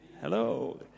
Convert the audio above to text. Hello